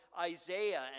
Isaiah